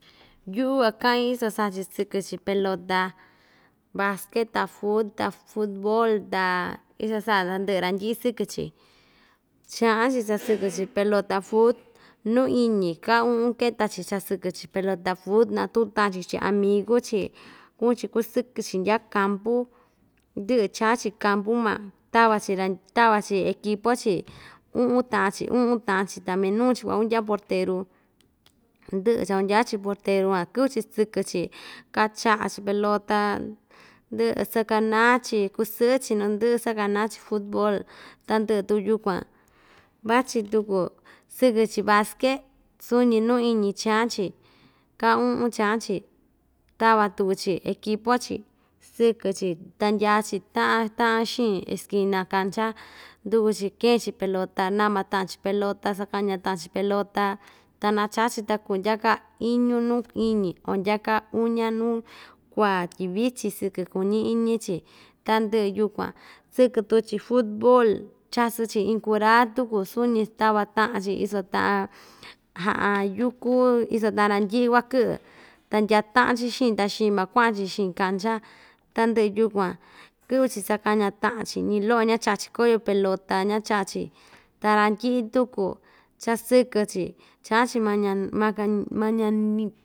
Yu'u kuaka'in iso sa'a‑chi sɨkɨ‑chi pelota baske ta fut ta futbol ta iso sa'a tandɨ'ɨ randyi'i sɨkɨ‑chi cha'an‑chi chasɨkɨ‑chi pelota fut nu iñi ka u'un keta‑chi chasɨkɨ‑chi pelota fut natu'un ta'a‑chi chi'in amigu‑chi ku'un‑chi kusɨkɨ‑chi ndya kampu ndɨ'ɨ cha'an‑chi kampu ma tava‑chi ran tava‑chi ekipo‑chi u'un ta'an‑chi u'un ta'an‑chi ta minu‑chi kuakundya porteru ndɨ'ɨ chakundya‑chi porteru van kɨ'vɨ‑chi sɨkɨ‑chi kacha'a‑chi pelota ndɨ'ɨ sakana‑chi kusɨɨ‑chi nu ndɨ'ɨ sakana‑chi fut bol tandɨ'ɨ tu yukuan vachi tuku sɨkɨ‑chi baske suu‑ñi nu iñi cha'an‑chi ka u'un cha'an‑chi tava tuku‑chi ekipo‑chi sɨkɨ‑chi ta ndyaa‑chi ta'an ta'an xiin esquina cancha nduku‑chi keen‑chi pelota nama ta'an‑chi pelota sakaña ta'an‑chi pelota ta nacha‑chi ta kuu ndya ka iñu nu iñi o ndya ka uña nuu kua tyi vichin sɨkɨ kuñi iñi‑chi ta ndɨ'ɨ yukuan sɨkɨ tuku‑chi fut bol chasɨ‑chi iin kura tuku suu‑ñi tava ta'an‑chi iso ta'an yukú iso ta'an randyi'i kuakɨ'ɨ ta ndya ta'an‑chi xiin ta xiin ma kua'an‑chi xin cancha tandɨ'ɨ yukuan kɨ'vɨ‑chi sakaña ta'an‑chi ñi‑lo'o ñacha'a‑chi kóyo pelota ñacha'a‑chi ta randyi'i tuku chasɨkɨ‑chi cha'an‑chi maña.